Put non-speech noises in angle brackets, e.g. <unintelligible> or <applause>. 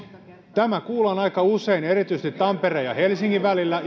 tämä kuullaan aika usein ja erityisesti tampereen ja helsingin välillä <unintelligible>